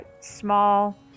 small